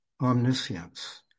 omniscience